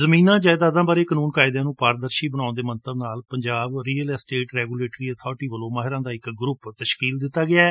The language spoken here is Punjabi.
ਜਮੀਨਾਂ ਜਾਇਦਾਦਾਂ ਬਾਰੇ ਕਾਨੂੰਨ ਕਾਇਦਿਆਂ ਨੂੰ ਪਾਰਦਰਸ਼ੀ ਬਣਾਉਣ ਦੇ ਮੰਤਵ ਨਾਲ Punjab real estate regulatory authority ਵੱਲੋਂ ਮਾਹਿਰਾਂ ਦਾ ਇੱਕ ਗਰੁੱਪ ਕਾਇਮ ਕੀਤਾ ਗਿਐ